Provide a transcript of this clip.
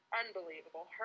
unbelievable